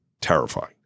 terrifying